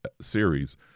series